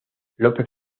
lópez